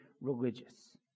religious